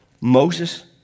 Moses